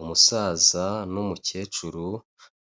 Umusaza n'umukecuru